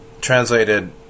translated